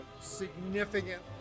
significant